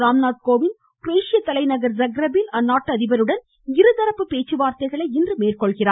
ராம்நாத் கோவிந்த் குரேஷிய தலைநகர் ஜாக்ரெப் ல் அந்நாட்டு அதிபருடன் இன்று இருதரப்பு பேச்சுவார்த்தைகளை மேற்கொள்கிறார்